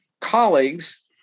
colleagues